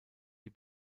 die